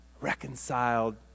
reconciled